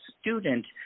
student